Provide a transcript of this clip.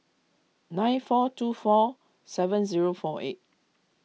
nine four two four seven zero four eight